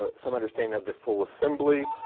ah some understanding of the full assembly.